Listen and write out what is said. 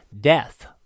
Death